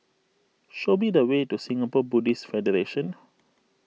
show me the way to Singapore Buddhist Federation